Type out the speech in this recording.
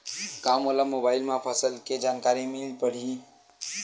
का मोला मोबाइल म फसल के जानकारी मिल पढ़ही?